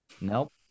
Nope